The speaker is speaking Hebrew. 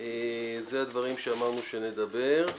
אלו הדברים שאמרנו שנדבר עליהם.